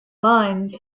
lines